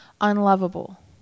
unlovable